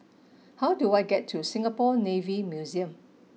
how do I get to Singapore Navy Museum